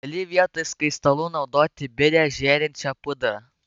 gali vietoj skaistalų naudoti birią žėrinčią pudrą